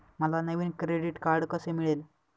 मला नवीन credit card कसे मिळेल?